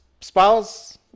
spouse